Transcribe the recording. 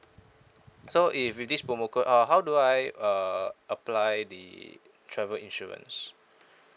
so if with this promo code uh how do I uh apply the travel insurance